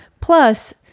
plus